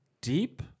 deep